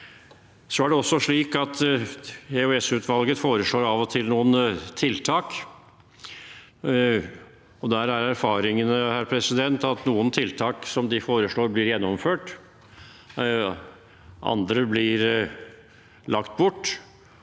EOS-utvalget foreslår av og til noen tiltak. Der er erfaringene at noen tiltak de foreslår, blir gjennomført, andre blir lagt bort.